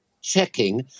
checking